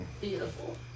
beautiful